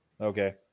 Okay